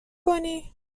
کنی